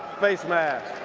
face mask.